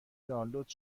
دانلود